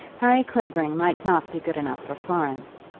harry clavering might not be good enough for florence.